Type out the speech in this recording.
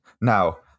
Now